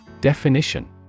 Definition